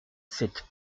cette